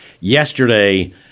yesterday